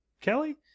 Kelly